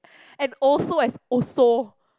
and also as also